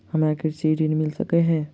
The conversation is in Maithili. हमरा कृषि ऋण मिल सकै है?